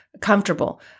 comfortable